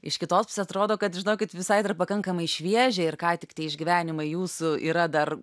iš kitos pusės atrodo kad žinokit visai dar pakankamai šviežia ir ką tik tie išgyvenimai jūsų yra dar